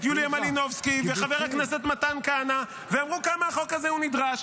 יוליה מלינובסקי וחבר הכנסת מתן כהנא ואמרו כמה החוק הזה הוא נדרש.